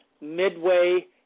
midway